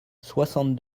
soixante